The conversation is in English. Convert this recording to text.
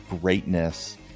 greatness